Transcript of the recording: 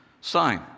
sign